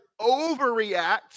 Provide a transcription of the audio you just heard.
overreact